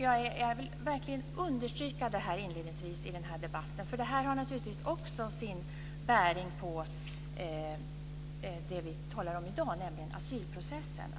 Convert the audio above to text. Jag vill verkligen understryka detta inledningsvis i den här debatten, för det har naturligtvis också sin bäring på det vi talar om i dag, nämligen asylprocessen.